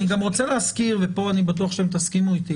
אני גם רוצה להזכיר ופה אני גם בטוח שאתם תסכימו איתי.